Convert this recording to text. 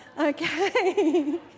Okay